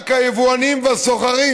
רק ליבואנים ולסוחרים.